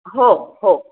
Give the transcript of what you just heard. हो हो